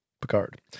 Picard